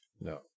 No